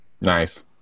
Nice